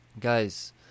Guys